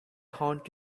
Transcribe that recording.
haunt